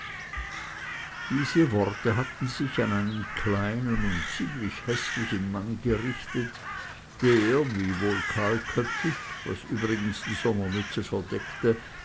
diese worte hatten sich an einen kleinen und ziemlich häßlichen mann gerichtet der wiewohl kahlköpfig was übrigens die sommermütze verdeckte